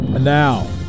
Now